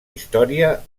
història